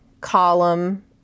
column